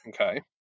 Okay